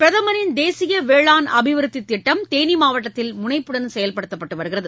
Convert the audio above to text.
பிரதமரின் தேசியவேளாண் அபிவிருத்தித் திட்டம் தேனிமாவட்டத்தில் முனைப்புடன் செயல்படுத்தப்பட்டுவருகிறது